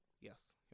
Yes